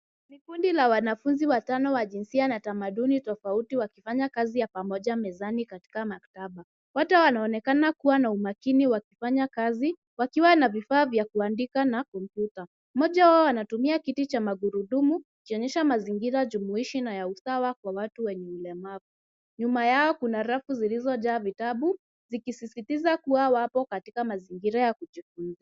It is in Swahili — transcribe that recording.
Ni kundi la wanafunzi watano wa jinsia na tamaduni tofauti wakifanya kazi ya pamoja mezani katika maktaba. Wote wanaonekana kuwa na umakini wakifanya kazi wakiwa na vifaa vya kuandika na kompyuta. Mmoja wao anatumia kiti cha magurudumu ikionyesha mazingira jumuishi na ya usawa kwa watu wenye ulemavu. Nyuma yao kuna rafu zilizojaa vitabu zikisisitiza kuwa wapo katika mazingira ya kujifunza.